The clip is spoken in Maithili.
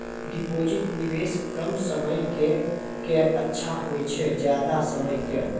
डिपॉजिट निवेश कम समय के के अच्छा होय छै ज्यादा समय के?